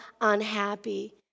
unhappy